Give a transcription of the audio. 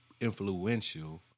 influential